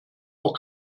auch